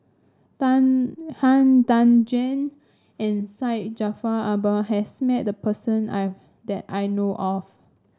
Tan Han Tan Juan and Syed Jaafar Albar has met the person I that I know of